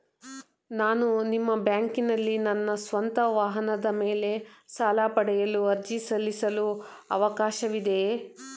ನಾನು ನಿಮ್ಮ ಬ್ಯಾಂಕಿನಲ್ಲಿ ನನ್ನ ಸ್ವಂತ ವಾಹನದ ಮೇಲೆ ಸಾಲ ಪಡೆಯಲು ಅರ್ಜಿ ಸಲ್ಲಿಸಲು ಅವಕಾಶವಿದೆಯೇ?